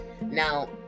Now